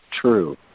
true